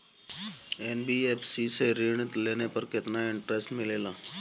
NBFC से ऋण लेने पर केतना इंटरेस्ट मिलेला?